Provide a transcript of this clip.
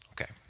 Okay